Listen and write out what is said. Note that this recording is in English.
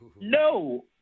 No